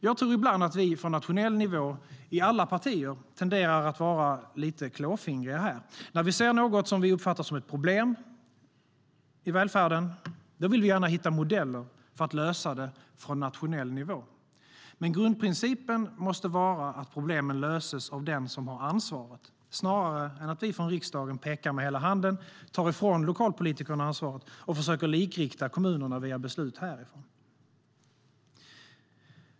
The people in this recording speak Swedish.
Jag tror att vi från nationell nivå, i alla partier, tenderar att ibland vara lite klåfingriga här. När vi ser något som vi uppfattar som ett problem i välfärden vill vi gärna hitta modeller för att lösa det från nationell nivå. Men grundprincipen måste vara att problemen löses av den som har ansvaret, snarare än att vi från riksdagen pekar med hela handen, tar ifrån lokalpolitikerna ansvaret och försöker likrikta kommunerna via beslut härifrån.